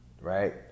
Right